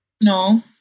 No